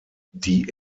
die